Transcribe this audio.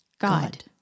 God